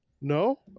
No